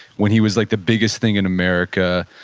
when he was like the biggest thing in america.